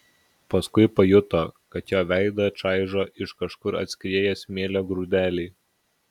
paskui pajuto kad jo veidą čaižo iš kažkur atskrieję smėlio grūdeliai